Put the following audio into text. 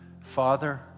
Father